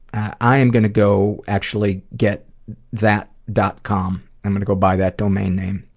i am gonna go actually get that, dot com. i'm gonna go buy that domain name.